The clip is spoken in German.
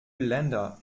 länder